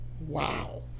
wow